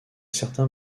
certains